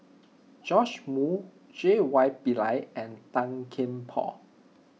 Joash Moo J Y Pillay and Tan Kian Por